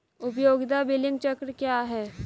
उपयोगिता बिलिंग चक्र क्या है?